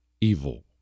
evil